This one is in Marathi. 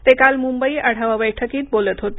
ते काल मुंबईत आढावा बैठकीत बोलत होते